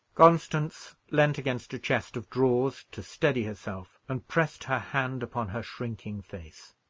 constance leaned against a chest of drawers to steady herself, and pressed her hand upon her shrinking face.